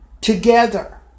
together